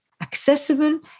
accessible